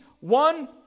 one